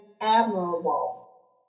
admirable